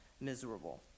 miserable